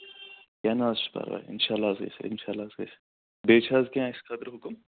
کیٚنہہ نہٕ حظ چھُ پَرواے اِنشاء اللہ حظ گژھِ اِنشاء اللہ حظ گژھِ بیٚیہِ چھِ حظ کیٚنہہ اَسہِ خٲطرٕ حُکُم